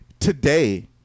Today